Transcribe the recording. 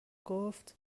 گفت